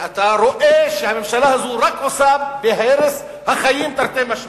ואתה רואה שהממשלה הזאת רק עוסקת בהרס החיים תרתי משמע,